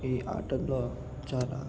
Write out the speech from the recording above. ఈ ఆటలో చాలా